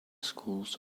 schools